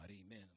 Amen